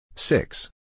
Six